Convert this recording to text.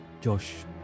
Josh